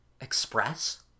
Express